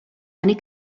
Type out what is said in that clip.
many